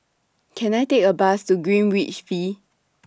Can I Take A Bus to Greenwich V